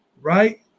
right